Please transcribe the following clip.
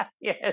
Yes